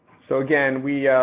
so again, we,